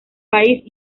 país